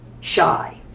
shy